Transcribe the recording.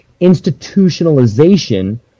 institutionalization